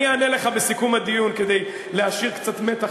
אני אענה לך בסיכום הדיון כדי להשאיר קצת מתח,